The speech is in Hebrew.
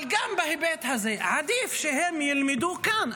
אבל גם בהיבט הזה, עדיף שהם ילמדו כאן.